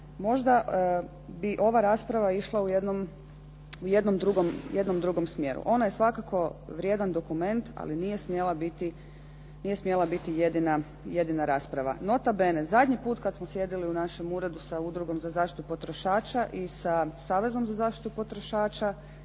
možda bi ova rasprava išla u jednom drugom smjeru. Ona je svakako vrijedan dokument, ali nije smjela biti jedina rasprava. Nota bene, zadnji put kada smo sjedili u našem uredu sa Udrugom za zaštitu potrošača i sa Savezom za zaštitu potrošača